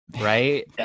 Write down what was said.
right